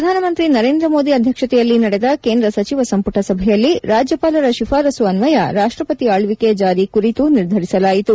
ಪ್ರಧಾನಮಂತ್ರಿ ನರೇಂದ್ರ ಮೋದಿ ಅಧ್ಯಕ್ಷತೆಯಲ್ಲಿ ನಡೆದ ಕೇಂದ್ರ ಸಚಿವ ಸಂಪುಟ ಸಭೆಯಲ್ಲಿ ರಾಜ್ಯಪಾಲರ ಶಿಫಾರಸು ಅನ್ವಯ ರಾಷ್ಟಪತಿ ಆಳ್ವಿಕೆ ಜಾರಿ ಕುರಿತು ನಿರ್ಧರಿಸಲಾಯಿತು